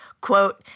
Quote